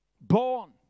Born